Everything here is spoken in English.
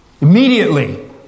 Immediately